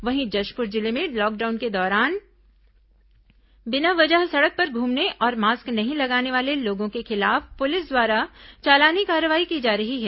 वहीं जशपुर जिले में लॉकडाउन के दौरान बिना वजह सड़क पर घूमने और मास्क नहीं लगाने वाले लोगों के खिलाफ पुलिस द्वारा चालानी कार्रवाई की जा रही है